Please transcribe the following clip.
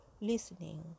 listening